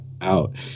out